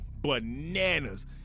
bananas